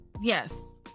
yes